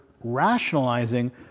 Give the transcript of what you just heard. rationalizing